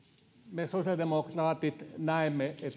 me sosiaalidemokraatit näemme